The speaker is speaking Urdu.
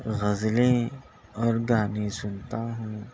غزلیں اور گانے سنتا ہوں